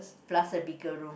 plus a bigger room